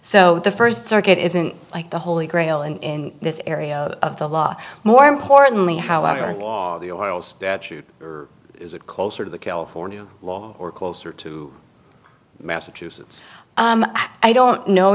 so the first circuit isn't like the holy grail in this area of the law more importantly however in the oral statute is it closer to the california law or closer to massachusetts i don't know